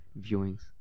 viewings